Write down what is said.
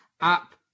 app